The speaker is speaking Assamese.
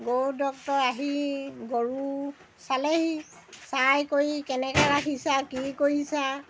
গৰু ডক্টৰ আহি গৰু চালেহি চাই কৰি কেনেকৈ ৰাখিছা কি কৰিছা